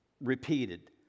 repeated